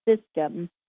system